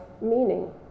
meaning